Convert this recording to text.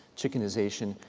chickenization,